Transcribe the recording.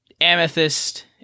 Amethyst